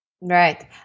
Right